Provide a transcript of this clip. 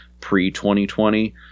pre-2020